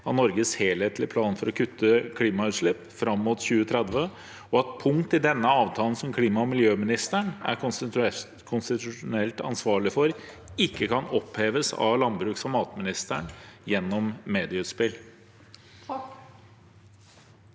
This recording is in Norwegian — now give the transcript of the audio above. av Norges helhetlige plan for å kutte klimautslipp fram mot 2030, og at punkt i denne avtalen som klima- og miljøministeren er konstitusjonelt ansvarlig for, ikke kan oppheves av landbruks- og matministeren gjennom medieutspill?»